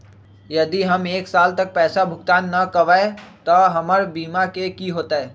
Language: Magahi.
यदि हम एक साल तक पैसा भुगतान न कवै त हमर बीमा के की होतै?